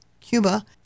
Cuba